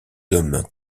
hommes